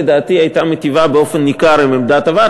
לדעתי הייתה מיטיבה באופן ניכר עם עמדת הוועד.